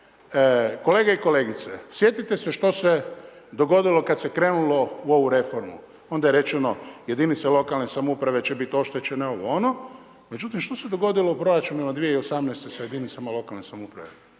kolege i kolegice, sjetite se što se dogodilo kad se krenulo u ovu reformu. Onda je rečeno jedinice lokalne samouprave će biti oštećene, ovo-ono. Međutim, što se dogodilo u proračunima 2018. sa jedinicama lokalne samouprave?